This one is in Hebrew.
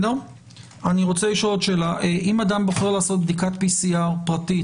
אם אדם בוחר לעשות בדיקת PCR פרטית,